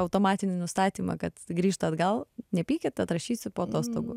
automatinį nustatymą kad grįžtų atgal nepykit atrašysiu po atostogų